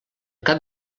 cap